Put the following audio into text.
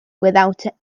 without